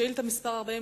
שאילתא מס' 40,